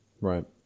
right